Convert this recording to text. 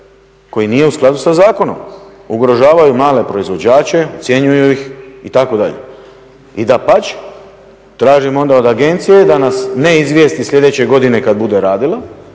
koji nije u skladu sa zakonom. Ugrožavaju male proizvođače, ucjenjuju ih itd. i dapače tražimo onda od agencije da na ne izvijesti sljedeće godine kada bude radila